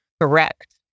Correct